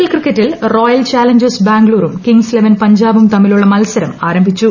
L ക്രിക്കറ്റിൽ royal challengers ബാംഗ്ലൂരും kings eleven പഞ്ചാബ്പും തമ്മിലുള്ള മത്സരം ആരംഭിച്ചു